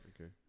Okay